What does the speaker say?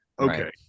okay